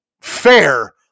fair